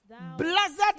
Blessed